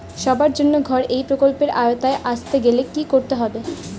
সবার জন্য ঘর এই প্রকল্পের আওতায় আসতে গেলে কি করতে হবে?